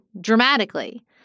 dramatically